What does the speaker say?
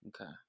Okay